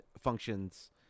functions